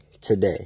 today